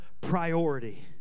priority